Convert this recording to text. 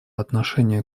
отношению